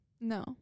No